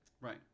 Right